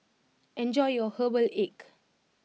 enjoy your Herbal Egg